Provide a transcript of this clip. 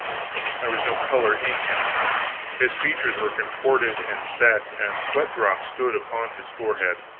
there was no color in him his features were contorted and set, and sweat-drops stood upon his forehead.